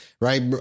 right